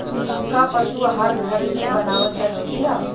का पशु आहार घर में बनावल जा सकेला?